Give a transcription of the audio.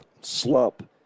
slump